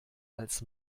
als